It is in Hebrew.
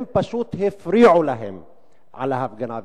פשוט הפריעו להם בהפגנה.